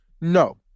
No